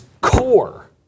core